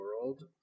world